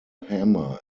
hammer